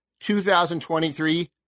2023